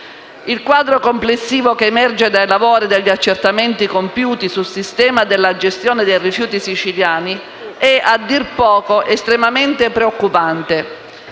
Il quadro complessivo che emerge dai lavori e dagli accertamenti compiuti sul sistema della gestione dei rifiuti siciliano è, a dir poco, estremamente preoccupante,